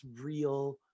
real